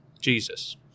Jesus